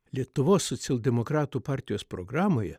lietuvos socialdemokratų partijos programoje